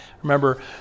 Remember